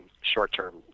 short-term